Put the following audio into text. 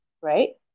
Right